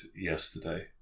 yesterday